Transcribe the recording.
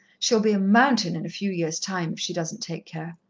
she'll be a mountain in a few years' time, if she doesn't take care.